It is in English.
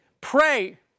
pray